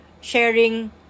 sharing